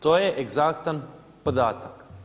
To je egzaktan podatak.